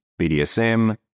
BDSM